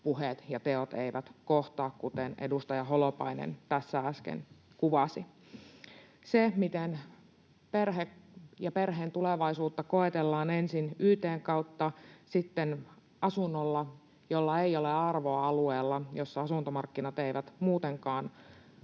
puheet ja teot eivät kohtaa, kuten edustaja Holopainen tässä äsken kuvasi. Perhettä ja perheen tulevaisuutta koetellaan ensin yt:n kautta, sitten asunnolla, jolla ei ole arvoa alueella, jossa asuntomarkkinat eivät muutenkaan